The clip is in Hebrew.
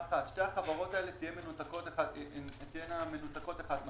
שתי החברות האלה תהיינה מנותקות אחת מהשנייה.